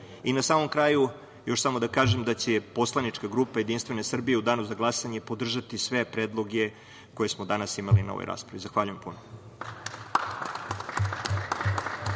samom kraju, još samo da kažem da će poslanička grupa Jedinstvene Srbije u danu za glasanje podržati sve predloge koje smo danas imali na ovoj raspravi. Zahvaljujem.